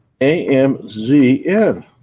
AMZN